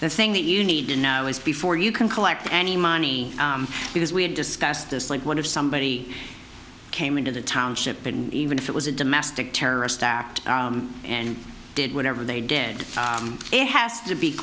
the thing that you need to know is before you can collect any money because we had discussed this link what if somebody came into the township and even if it was a domestic terrorist act and did whatever they did it has to be